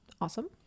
awesome